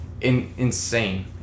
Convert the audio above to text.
insane